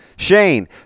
Shane